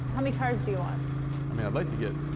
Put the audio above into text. how many cars do you want? i mean, i'd like to get,